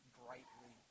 brightly